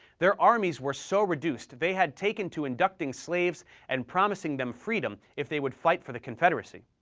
their armies were so reduced they had taken to inducting slaves and promising them freedom if they would fight for the confederacy.